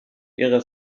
ihre